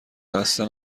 خسته